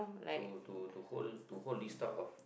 to to to hold to hold this type of